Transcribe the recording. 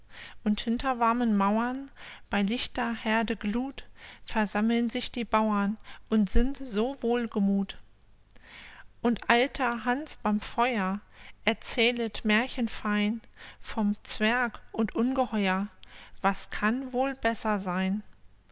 und hinter warmen mauern bei lichter herde gluth versammeln sich die bauern und sind so wohlgemuth und alter hans beim feuer erzählet mährchen fein vom zwerg und ungeheuer was kann wohl besser seyn